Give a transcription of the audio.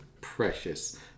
precious